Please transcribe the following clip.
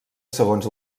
segons